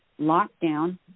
lockdown